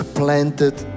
planted